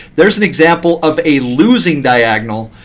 there is an example of a losing diagonal.